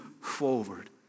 forward